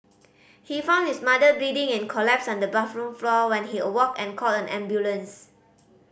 he found his mother bleeding and collapsed on the bathroom floor when he awoke and called an ambulance